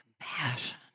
compassion